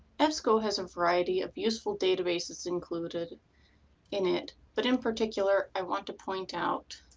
ebsco has a variety of useful databases included in it, but in particular i want to point out